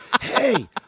Hey